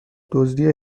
دزدی